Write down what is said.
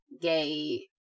gay